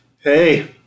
Hey